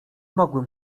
mogłem